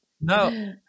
no